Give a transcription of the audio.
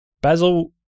Basil